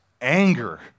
anger